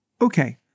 Okay